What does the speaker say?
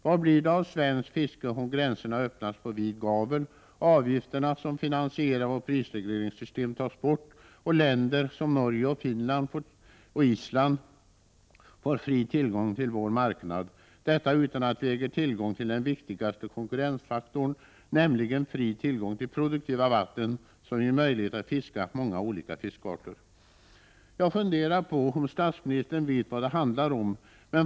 Vad blir det av svenskt fiske om gränserna öppnas på vid gavel, avgifterna som finansierar vårt prisregleringssystem tas bort och länder som Norge och Island får fri tillgång till vår marknad? Detta sker utan att vi äger tillgång till den viktigaste konkurrensfaktorn, nämligen fri tillgång till produktiva vatten, som ger möjlighet att fiska många olika fiskarter. Jag funderar på om statsministern vet vad det handlar om.